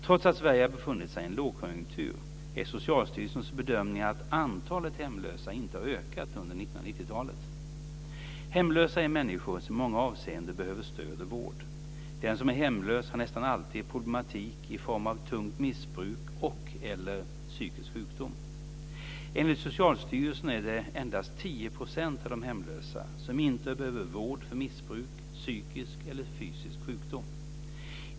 Trots att Sverige har befunnit sig i en lågkonjunktur är Socialstyrelsens bedömning att antalet hemlösa inte har ökat under 1990-talet. Hemlösa är människor som i många avseenden behöver stöd och vård. Den som är hemlös har nästan alltid problem i form av tungt missbruk eller psykisk sjukdom. Enligt Socialstyrelsen är det endast 10 % av de hemlösa som inte behöver vård för missbruk, psykisk eller fysisk sjukdom.